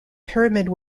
pyramid